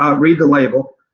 um read the label.